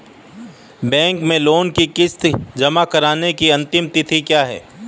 Bank में loan की किश्त जमा कराने की अंतिम तिथि क्या है?